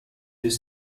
this